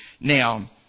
Now